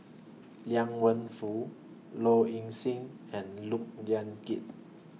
Liang Wenfu Low Ing Sing and Look Yan Kit